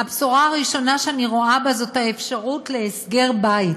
הבשורה הראשונה שאני רואה כאן זו האפשרות של הסגר בית.